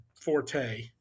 forte